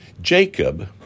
Jacob